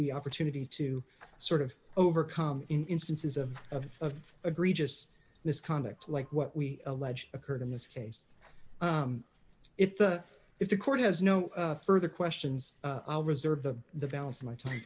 the opportunity to sort of overcome instances of of agree just misconduct like what we allege occurred in this case if the if the court has no further questions reserve the balance of my time